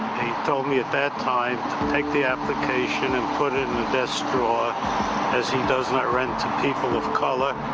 told me at that time to take the application and put it in the desk drawer as he does not rent to people of color,